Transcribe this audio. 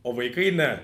o vaikai ne